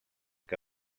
que